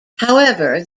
however